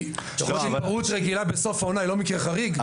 כי יכול להיות שהתפרעות רגילה בסוף עונה היא לא מקרה חריג,